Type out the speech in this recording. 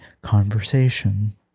conversation